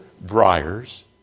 briars